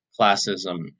classism